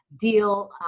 deal